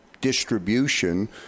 distribution